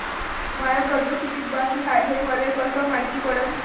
माय कर्ज कितीक बाकी हाय, हे मले कस मायती पडन?